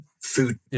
food